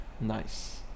Nice